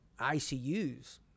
ICUs